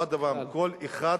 עוד הפעם, כל אחד,